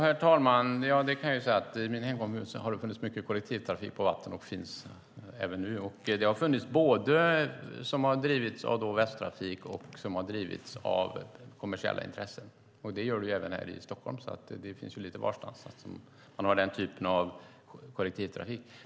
Herr talman! I min hemkommun har det funnits och finns även nu mycket kollektivtrafik på vatten som har drivits både av Västtrafik och av kommersiella intressen. Så är det ju även här i Stockholm. Den typen av kollektivtrafik finns lite varstans.